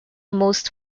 most